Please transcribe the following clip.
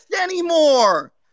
anymore